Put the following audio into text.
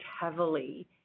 heavily